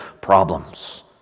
problems